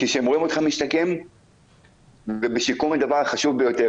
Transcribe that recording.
כשהם רואים אותך משתקם ובשיקום הדבר החשוב ביותר